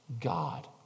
God